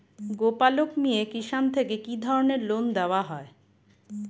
গোপালক মিয়ে কিষান থেকে কি ধরনের লোন দেওয়া হয়?